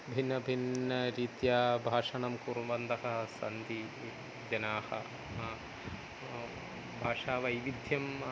भिन्नभिन्नरीत्या भाषणं कुर्वन्तः सन्ति जनाः भाषावैविध्यम्